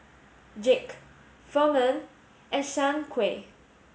Jake Furman and Shanequa